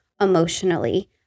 emotionally